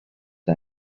the